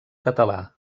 català